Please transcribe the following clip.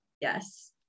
Yes